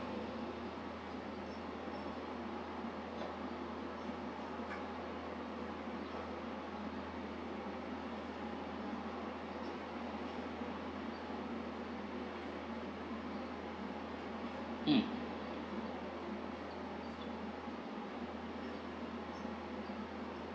mm